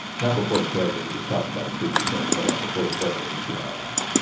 not before the break that we just talked about the three week break, but like before the break where we do our ad.